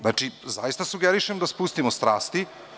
Znači, zaista sugerišem da spustimo strasti.